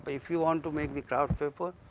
if you want to make the kraft paper.